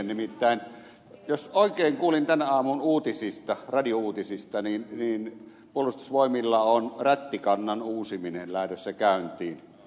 nimittäin jos oikein kuulin tämän aamun radiouutisista niin puolustusvoimilla on rättikannan uusiminen lähdössä käyntiin